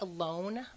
alone